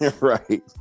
Right